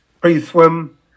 pre-swim